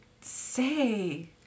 say